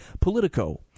Politico